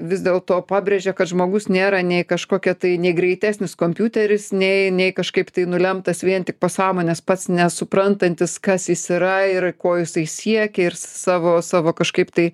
vis dėl to pabrėžė kad žmogus nėra nei kažkokia tai nei greitesnis kompiuteris nei nei kažkaip tai nulemtas vien tik pasąmonės pats nesuprantantis kas jis yra ir ko jisai siekia ir savo savo kažkaip tai